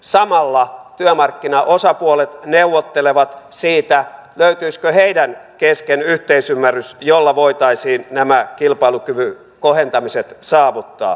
samalla työmarkkinaosapuolet neuvottelevat siitä löytyisikö heidän keskensä yhteisymmärrys jolla voitaisiin nämä kilpailukyvyn kohentamiset saavuttaa